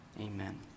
amen